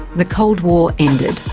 the cold war ended.